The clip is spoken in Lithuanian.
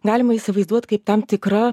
galima įsivaizduot kaip tam tikra